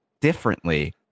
differently